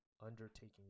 undertaking